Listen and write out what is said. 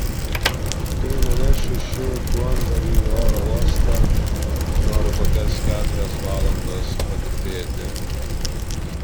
kai nuvešiu šį duondavį į oro uostą noriu kokias keturias valandas padirbėti